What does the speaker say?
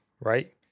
right